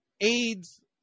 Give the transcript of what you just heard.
AIDS